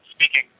Speaking